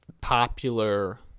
popular